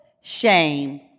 shame